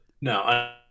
no